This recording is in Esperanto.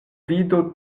vido